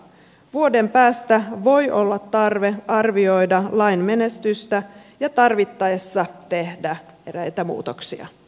vuoden päästä voi olla tarve arvioida lain menestystä ja tarvittaessa tehdä eräitä muutoksia